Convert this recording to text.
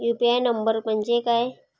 UPI number म्हणजे काय?